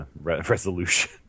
resolution